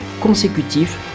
consécutifs